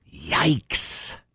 Yikes